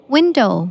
Window